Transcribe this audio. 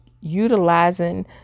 utilizing